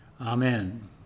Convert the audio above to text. Amen